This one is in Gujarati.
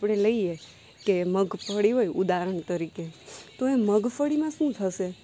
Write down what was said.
આપણે લઈએ કે મગફળી હોય ઉદાહરણ તરીકે તો એ મગફળીમાં શું થશે